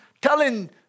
telling